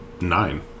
Nine